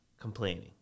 complaining